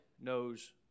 knows